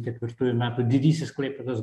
ketvirtųjų metų didysis klaipėdos